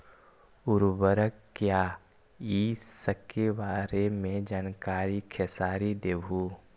उर्वरक क्या इ सके बारे मे जानकारी खेसारी देबहू?